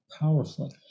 powerfully